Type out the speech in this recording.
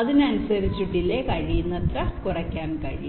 അതിനനുസരിച്ചു ഡിലെ കഴിയുന്നത്ര കുറയ്ക്കാൻ കഴിയും